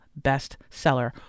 bestseller